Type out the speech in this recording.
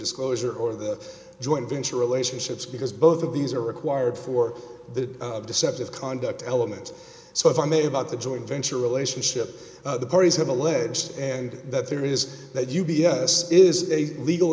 disclosure or the joint venture relationships because both of these are required for the deceptive conduct elements so if i made about the joint venture relationship the parties have alleged and that there is that u b s is a legal